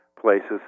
places